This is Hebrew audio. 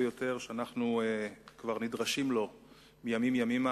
ביום י"א בסיוון תשס"ט (3 ביוני 2009):